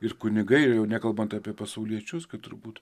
ir kunigai ir jau nekalbant apie pasauliečius kad turbūt